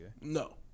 No